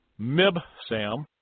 Mibsam